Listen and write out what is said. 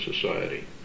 society